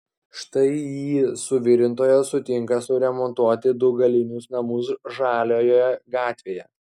štai iį suvirintojas sutinka suremontuoti du galinius namus žaliojoje gatvėje